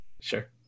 Sure